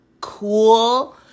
cool